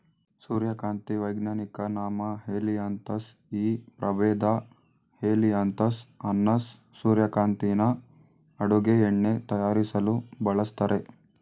ಸೂರ್ಯಕಾಂತಿ ವೈಜ್ಞಾನಿಕ ನಾಮ ಹೆಲಿಯಾಂತಸ್ ಈ ಪ್ರಭೇದ ಹೆಲಿಯಾಂತಸ್ ಅನ್ನಸ್ ಸೂರ್ಯಕಾಂತಿನ ಅಡುಗೆ ಎಣ್ಣೆ ತಯಾರಿಸಲು ಬಳಸ್ತರೆ